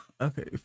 Okay